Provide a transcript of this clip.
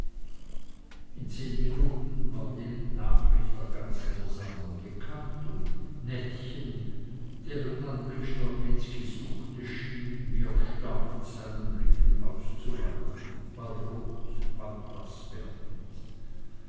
in zehn minuten war die nachricht der ganzen versammlung bekannt und nettchen deren anblick strapinski suchte schien wie erstarrt seinen blicken auszuweichen bald rot bald blaß werdend